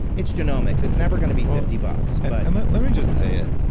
it's genomics. it's never going to be fifty bucks but and let let me just say it.